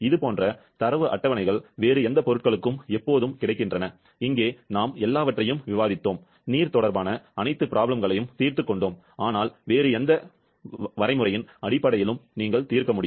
இதேபோன்ற தரவு அட்டவணைகள் வேறு எந்த பொருட்களுக்கும் எப்போதும் கிடைக்கின்றன இங்கே நாம் எல்லாவற்றையும் விவாதித்தோம் நீர் தொடர்பான அனைத்து சிக்கல்களையும் தீர்த்துக் கொண்டோம் ஆனால் வேறு எந்த சொத்தின் அடிப்படையிலும் நீங்கள் தீர்க்க முடியும்